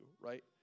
Right